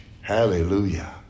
Hallelujah